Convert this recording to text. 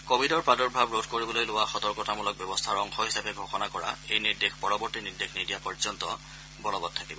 কোৱিডৰ প্ৰাদূৰ্ভাৱ ৰোধ কৰিবলৈ লোৱা সতৰ্কতামূলক ব্যৱস্থাৰ অংশ হিচাপে ঘোষণা কৰা এই নিৰ্দেশ পৰৱৰ্ত্তী নিৰ্দেশ নিদিয়া পৰ্যন্ত বলবৎ থাকিব